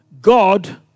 God